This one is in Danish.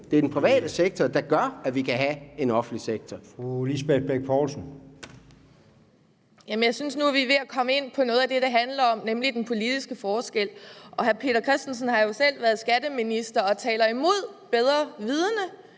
Det er den private sektor, der gør, at vi kan have en offentlig sektor. Kl. 10:47 Formanden: Fru Lisbeth Bech Poulsen. Kl. 10:47 Lisbeth Bech Poulsen (SF): Jeg synes, at vi nu er ved at komme ind på noget af det, det handler om, nemlig den politiske forskel. Hr. Peter Christensen har selv været skatteminister og taler imod bedre vidende,